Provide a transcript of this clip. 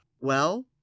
Well